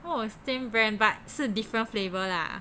!wah! same brand but 是 different flavour lah